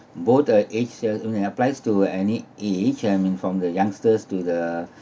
both the age uh applies to any age I mean from the youngsters to the